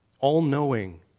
all-knowing